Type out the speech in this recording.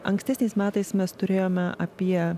ankstesniais metais mes turėjome apie